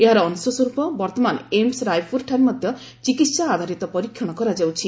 ଏହାର ଅଂଶସ୍ୱରୂପ ବର୍ତ୍ତମାନ ଏମ୍ସ ରାୟପୁରଠାରେ ମଧ୍ୟ ଚିକିତ୍ସା ଆଧାରିତ ପରୀକ୍ଷଣ କରାଯାଉଛି